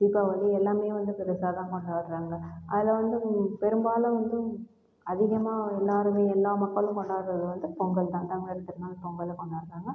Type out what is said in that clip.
தீபாவளி எல்லாமே வந்து பெருசாக தான் கொண்டாடுகிறாங்க அது வந்து பெரும்பாலும் வந்து அதிகமாக எல்லோருமே எல்லா மக்களும் கொண்டாடுகிறது வந்து பொங்கல் தான் தமிழர் திருநாள் பொங்கலை கொண்டாடுகிறாங்க